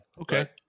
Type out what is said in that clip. Okay